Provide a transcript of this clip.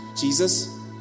Jesus